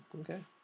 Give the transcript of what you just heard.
Okay